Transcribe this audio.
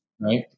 Right